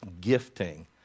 gifting